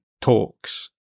talks